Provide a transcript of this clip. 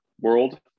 world